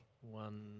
one